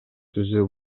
түзүү